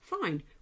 fine